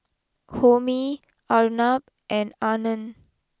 Homi Arnab and Anand